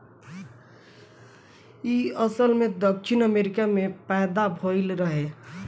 इ असल में दक्षिण अमेरिका में पैदा भइल रहे